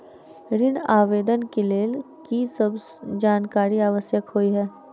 ऋण आवेदन केँ लेल की सब जानकारी आवश्यक होइ है?